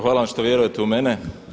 Hvala vam što vjerujete u mene.